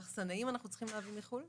אנחנו צריכים להביא מחו"ל מחסנאים?